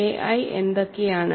ai എന്തൊക്കെയാണ്